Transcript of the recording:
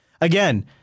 again